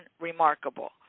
remarkable